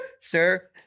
Sir